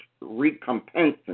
recompense